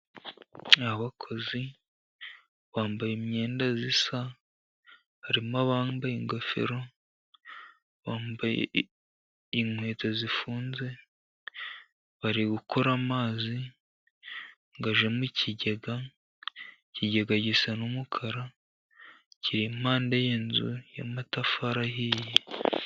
Abakozi bambaye imyenda isa, harimo abambaye ingofero, bambaye inkweto zifunze, bari gukora amazi ngo ajye mu kigega. Ikigega gisa n'umukara, kiri impande y'inzu y'amatafari ahiye.